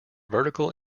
vertical